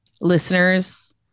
listeners